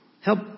Help